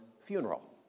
funeral